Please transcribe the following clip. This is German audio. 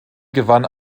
gewann